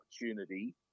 opportunity